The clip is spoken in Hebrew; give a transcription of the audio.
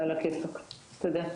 תודה.